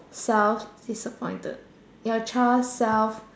self disappointed your child self